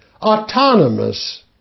autonomous